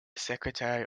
secretary